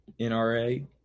NRA